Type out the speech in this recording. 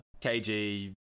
KG